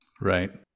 Right